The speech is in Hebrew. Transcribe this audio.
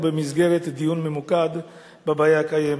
או במסגרת דיון ממוקד בבעיה הקיימת.